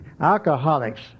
alcoholics